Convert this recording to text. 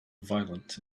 violence